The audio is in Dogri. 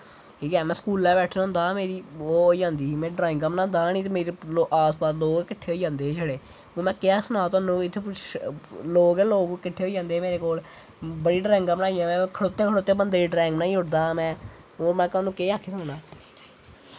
ठीक ऐ में स्कूलै च बैठना होंदा मेरी ओह् होई जंदी ही में ड्राईगां बनांदा हा नी आल पाल लोग कट्ठे होई जंदे हे सारे होर में केह् सनां तोहानू इत्थें कुछ लोग गै लोग किट्ठे होई जंदे हे मेरे कोल बड़ी ड्राईगां बनाईयां में खड़ोते खड़ोते बंदे दी ड्राइंगं बनाई ओड़दा हा में होर में तोहानू केह् आक्खी सकना